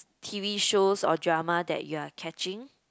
T_V shows or drama that you are catching